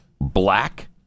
Black